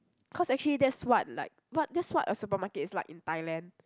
cause actually that's what like what that's what a supermarket is like in Thailand